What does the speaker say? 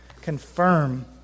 confirm